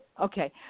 Okay